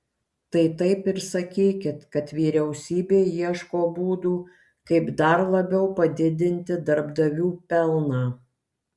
tai taip ir sakykit kad vyriausybė ieško būdų kaip dar labiau padidinti darbdavių pelną